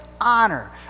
honor